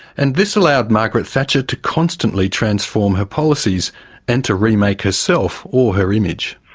and this allowed margaret thatcher to constantly transform her policies and to remake herself or her image.